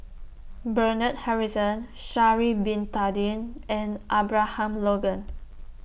Bernard Harrison Sha'Ari Bin Tadin and Abraham Logan